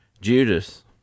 Judas